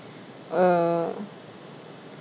uh